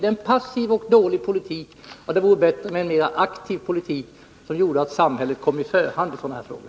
Det är en passiv och dålig politik, och det vore bättre med en mer aktiv politik, som gjorde att samhället Nr 36 kom i första hand i sådana här frågor.